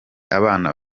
abana